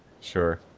Sure